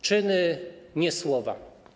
Czyny, nie słowa.